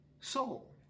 Soul